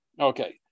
okay